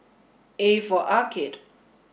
A for Arcade